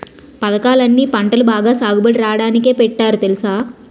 పదకాలన్నీ పంటలు బాగా సాగుబడి రాడానికే పెట్టారు తెలుసా?